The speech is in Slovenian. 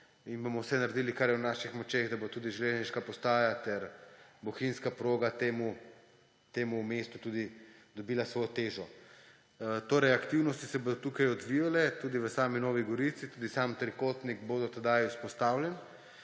in bomo vse naredili, kar je v naših močeh, da bo tudi železniška postaja ter bohinjska proga temu mestu tudi dobila svojo težo. Torej aktivnosti se bodo tukaj odvijale, tudi v sami Novi Gorici, tudi sam trikotnik bodo tedaj vzpostavljen.